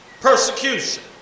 persecution